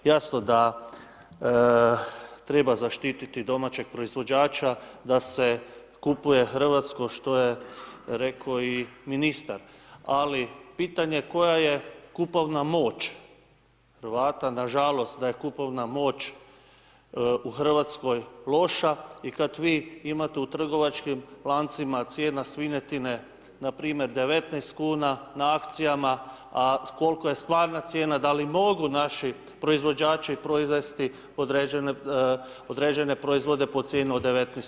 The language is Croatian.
Jasno da treba zaštititi domaćeg proizvođača, da se kupuje hrvatsko, što je rekao i ministar, ali pitanje koja je kupovna moć Hrvata, nažalost, da je kupovna moć u RH loša i kad vi imate u trgovačkim lancima cijena svinjetine npr. 19,00 kn na akcijama, a kolika je stvarna cijena, da li mogu naši proizvođači proizvesti određene proizvode po cijeni od 19,00 kn?